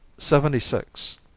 seventy six.